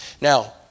Now